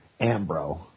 Ambro